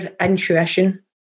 intuition